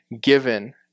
given